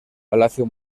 palacio